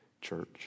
church